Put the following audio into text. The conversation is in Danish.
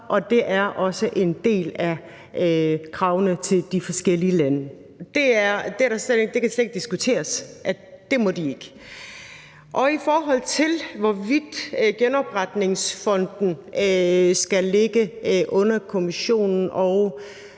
og det er også en del af kravene til de forskellige lande. Det kan slet ikke diskuteres, altså at det må de ikke. Så til det med, hvorvidt genopretningsfonden skal ligge under Kommissionen,